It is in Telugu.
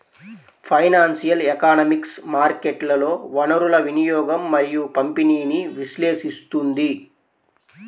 ఫైనాన్షియల్ ఎకనామిక్స్ మార్కెట్లలో వనరుల వినియోగం మరియు పంపిణీని విశ్లేషిస్తుంది